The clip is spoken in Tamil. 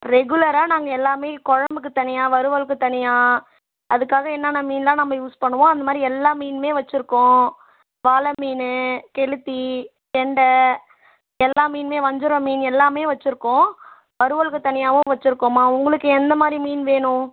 ரெகுலராக நாங்கள் எல்லாம் குழம்புக்கு தனியாக வறுவலுக்கு தனியாக அதுக்காக என்னென்ன மீன்லாம் நம்ம யூஸ் பண்ணுவோம் அந்தமாதிரி எல்லாம் மீனும் வைச்சிருக்கோம் வாளை மீன் கெளுத்தி கெண்டை எல்லா மீனுமே வஞ்சிரம் மீன் எல்லாம் வைச்சிருக்கோம் வறுவலுக்கு தனியாகவும் வைச்சிருக்கோம்மா உங்களுக்கு எந்தமாதிரி மீன் வேணும்